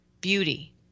beauty